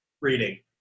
reading